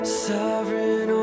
sovereign